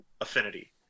Affinity